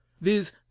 viz